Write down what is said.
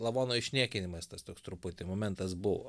lavono išniekinimas tas toks truputį momentas buvo